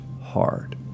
hard